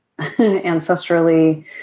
ancestrally